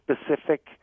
specific